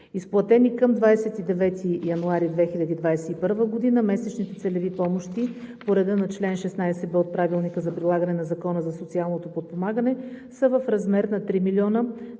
Изплатените към 29 януари 2021 г. – месечните целеви помощи по реда на чл. 16б от Правилника за прилагане на Закона за социалното подпомагане, са в размер на 3 млн.